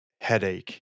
headache